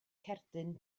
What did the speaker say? cerdyn